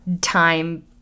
time